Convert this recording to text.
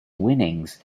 winnings